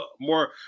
more